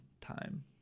time